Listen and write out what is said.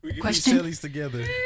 Question